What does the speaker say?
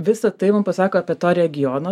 visa tai mum pasako apie to regiono